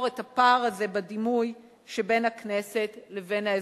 את הפער הזה בדימוי שבין הכנסת לבין האזרחים.